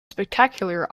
spectacular